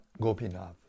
Gopinath